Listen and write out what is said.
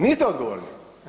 Niste odgovorni.